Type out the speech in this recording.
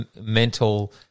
Mental